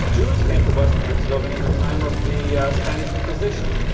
jews came to bosnia-herzegovina in the time of the spanish inquisition.